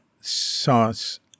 sauce